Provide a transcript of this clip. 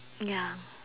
ya